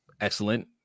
excellent